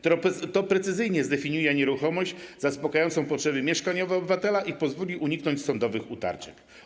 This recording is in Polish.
To precyzyjnie zdefiniuje nieruchomość zaspokajającą potrzeby mieszkaniowe obywatela i pozwoli uniknąć sądowych utarczek.